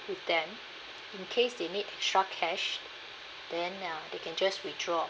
with them in case they need extra cash then ya they can just withdraw